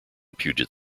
puget